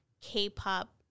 k-pop